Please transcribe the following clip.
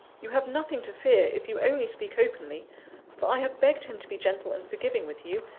you have nothing to fear, if you only speak openly for i have begged him to be gentle and forgiving with you,